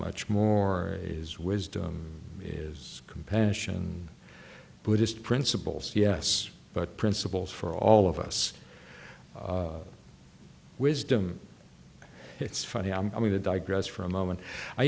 much more is wisdom is compassion buddhist principles yes but principles for all of us wisdom it's funny i'm going to digress for a moment i